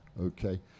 okay